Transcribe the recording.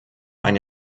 eine